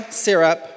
syrup